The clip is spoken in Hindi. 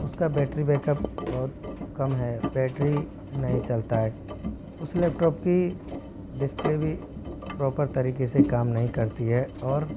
उसका बैटरी बैकअप बहुत कम है बैटरी नहीं चलता है उस लैपटॉप की डिस्प्ले भी प्रॉपर तरीके से काम नहीं करती है और